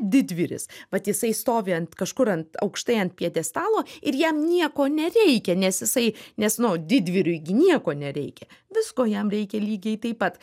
didvyris vat jisai stovi ant kažkur ant aukštai ant pjedestalo ir jam nieko nereikia nes jisai nes nu didvyriui gi nieko nereikia visko jam reikia lygiai taip pat